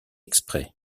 exprès